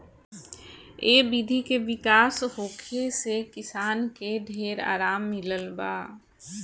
ए विधि के विकास होखे से किसान के ढेर आराम मिलल बा